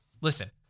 listen